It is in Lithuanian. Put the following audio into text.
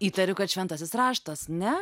įtariu kad šventasis raštas ne